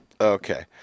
Okay